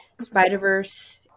Spider-Verse